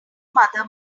mother